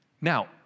Now